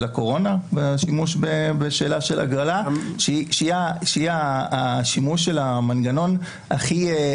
הקורונה והשימוש בשאלה של הגרלה כאשר זה השימוש של המנגנון הכי